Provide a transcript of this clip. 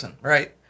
right